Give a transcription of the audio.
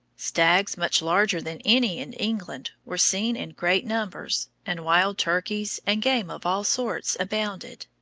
stags much larger than any in england were seen in great numbers, and wild turkeys and game of all sorts abounded.